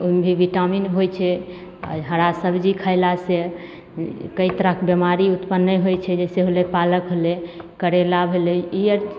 ओइमे भी विटामिन होइ छै आओर हरा सब्जी खइलासँ कइ तरहके बीमारी उत्पन्न नहि होइ छै जैसे होलय पालक होलय करेला भेलय ई आर